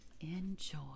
enjoy